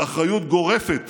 אחריות גורפת